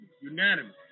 unanimous